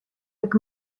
jak